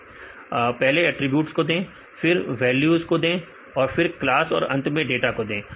विद्यार्थी एट्रिब्यूट पहले अटरीब्यूट को दें फिर वैल्यू ज को दें और फिर क्लास और अंत में डाटा को दें